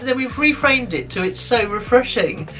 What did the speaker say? then we're reframed it, to it's so refreshing.